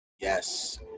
Yes